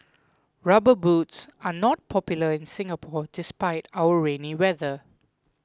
rubber boots are not popular in Singapore despite our rainy weather